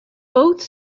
both